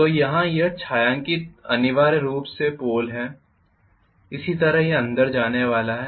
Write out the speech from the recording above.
तो यह छायांकित भाग अनिवार्य रूप से पोल है इसी तरह यह अंदर जाने वाला है